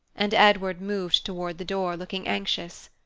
and edward moved toward the door, looking anxious.